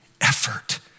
effort